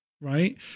right